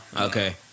Okay